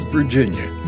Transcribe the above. Virginia